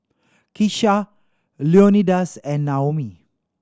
Kisha Leonidas and Naomi